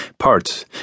Parts